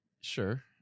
Sure